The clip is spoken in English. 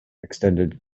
extended